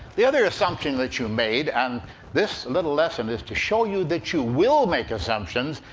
the other assumption that you made and this little lesson is to show you that you will make assumptions.